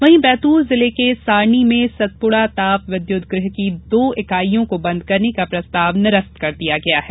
वहीं बैतूल जिल के सारणी में सतपुड़ा ताप विद्युत गृह की दो इकाईयों को बंद करने का प्रस्ताव निरस्त कर दिया गया है